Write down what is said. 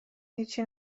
هیچی